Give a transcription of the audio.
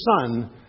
son